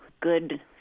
good